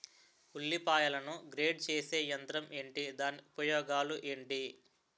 ఉల్లిపాయలను గ్రేడ్ చేసే యంత్రం ఏంటి? దాని ఉపయోగాలు ఏంటి?